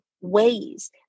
ways